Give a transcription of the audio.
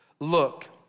look